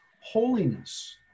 Holiness